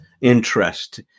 interest